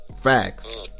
Facts